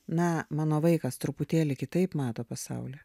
na mano vaikas truputėlį kitaip mato pasaulį